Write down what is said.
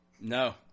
No